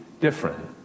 different